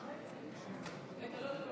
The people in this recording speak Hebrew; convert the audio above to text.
אדוני היושב-ראש,